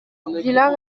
villard